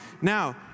now